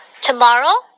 Tomorrow